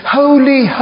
holy